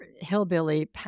hillbilly